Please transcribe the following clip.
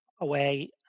away